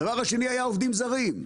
הדבר השני היה עובדים זרים.